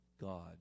God